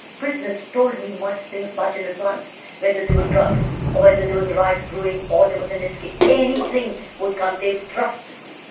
prisoners told me much things much in advance whether there were drugs or whether there was a riot brewing or there was an escape. anything would come they trusted me.